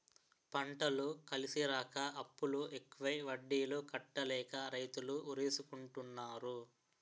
పంటలు కలిసిరాక అప్పులు ఎక్కువై వడ్డీలు కట్టలేక రైతులు ఉరేసుకుంటన్నారు